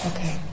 Okay